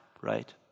right